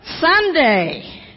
Sunday